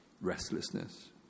Restlessness